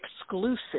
exclusive